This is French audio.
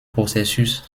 processus